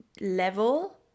level